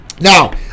Now